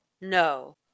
no